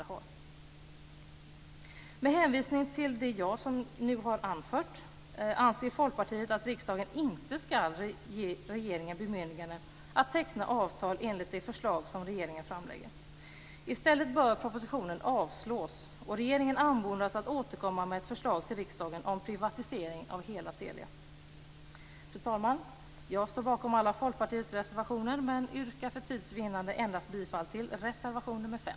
Med hänvisning till det jag nu har anfört anser Folkpartiet att riksdagen inte skall ge regeringen bemyndigande att teckna avtal enligt det förslag som regeringen framlägger. I stället bör propositionen avslås och regeringen anmodas att återkomma med ett förslag till riksdagen om privatisering av hela Fru talman! Jag står bakom alla Folkpartiets reservationer men yrkar för tids vinnande bifall endast till reservation nr 5.